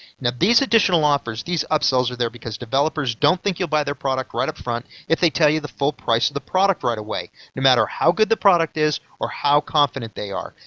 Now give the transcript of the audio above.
now these additional offers, these upsells, are there because developers don't think you'll buy their product right up front if they tell you the full price of the product right away, no matter how good the product is, or how confident they are